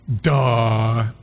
duh